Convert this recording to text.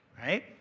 right